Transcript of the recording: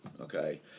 Okay